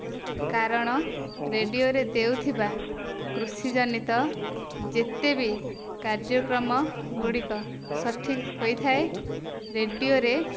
କାରଣ ରେଡ଼ିଓରେ ଦେଉଥିବା କୃଷିଜନିତ ଯେତେବି କାର୍ଯ୍ୟକ୍ରମ ଗୁଡ଼ିକ ସଠିକ ହୋଇଥାଏ ରେଡ଼ିଓରେ